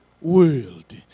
world